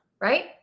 right